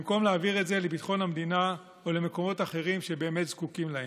במקום להעביר את זה לביטחון המדינה או למקומות אחרים שבאמת זקוקים להם.